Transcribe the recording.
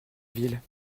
ville